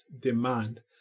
demand